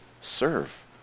serve